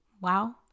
wow